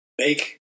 make